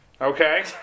okay